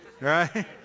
Right